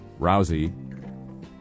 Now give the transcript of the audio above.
Rousey